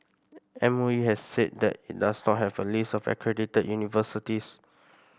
M O E has said that it does not have a list of accredited universities